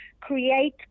create